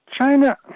China